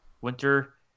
Winter